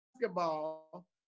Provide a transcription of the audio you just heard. basketball